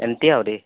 ଏମିତି ଆହୁରି